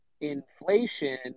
inflation